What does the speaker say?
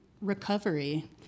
recovery